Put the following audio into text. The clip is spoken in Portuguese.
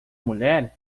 mulher